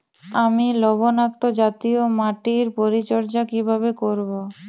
আমি লবণাক্ত জাতীয় মাটির পরিচর্যা কিভাবে করব?